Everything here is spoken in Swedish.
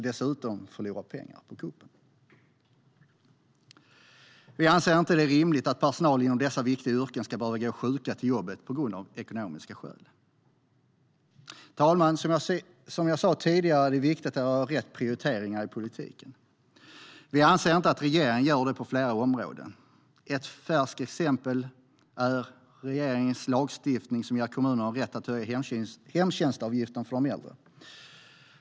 Dessutom riskerar man att på kuppen förlora pengar. Vi anser inte att det är rimligt att personal inom dessa viktiga yrken av ekonomiska skäl ska behöva gå sjuka till jobbet. Herr talman! Som jag sa tidigare är det viktigt att göra rätt prioriteringar i politiken. Vi anser att regeringen inte gör det på flera områden. Ett färskt exempel är regeringens förslag till lagändring som ger kommunerna rätt att höja hemtjänstavgiften för de äldre.